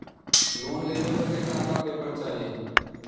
Loan लेवे बदे का का पेपर चाही?